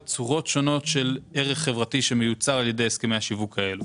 אם המועצה תפחית את ההוצאות שלה לטובת הגדלה של הסכום שמועבר לזוכים,